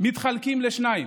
מתחלקים לשניים,